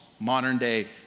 modern-day